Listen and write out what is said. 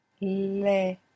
Le